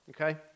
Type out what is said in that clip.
okay